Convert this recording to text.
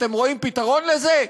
אתם רואים פתרון לזה?